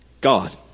God